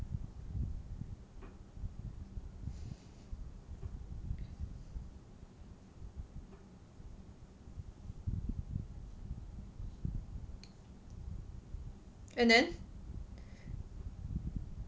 and then